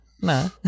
nah